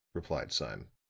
replied sime.